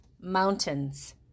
mountains